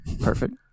Perfect